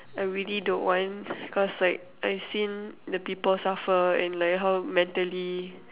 I really don't want cause like I seen the people suffer and like how mentally